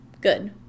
good